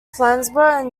flansburgh